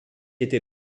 était